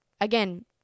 again